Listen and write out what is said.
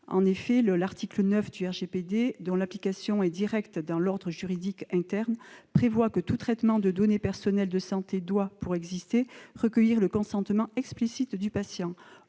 En effet, l'article 9 de ce règlement, dont l'application est directe dans l'ordre juridique interne, prévoit que tout traitement de données personnelles de santé doit, pour exister, recueillir le consentement explicite du patient.